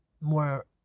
more